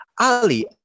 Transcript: Ali